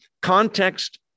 Context